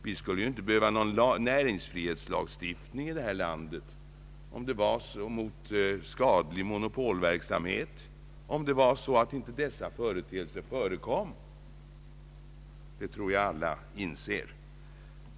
Vi skulle inte behöva någon näringsfrihetslagstiftning mot skadlig monopolverksamhet, om inte sådana företeelser förekom, det tror jag alla inser.